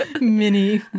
mini